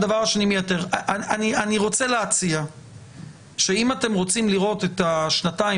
אני רוצה להציע שאם אתם רוצים לראות את השנתיים